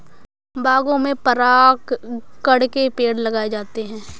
बागों में परागकण के पेड़ लगाए जाते हैं